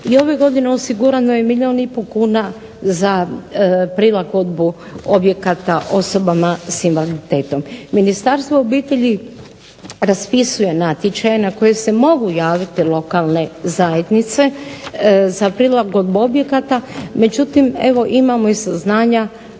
i ove godine osigurano je milijun i pol kuna za prilagodbu objekata osobama sa invaliditetom. Ministarstvo obitelji raspisuje natječaje na koje se mogu javiti lokalne zajednice za prilagodbu objekata, međutim evo imamo i saznanja